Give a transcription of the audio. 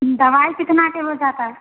दवाई कितने की हो जाती